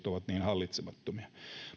ovat niin hallitsemattomia